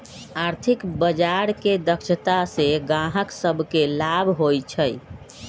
आर्थिक बजार के दक्षता से गाहक सभके लाभ होइ छइ